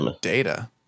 data